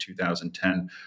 2010